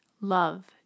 love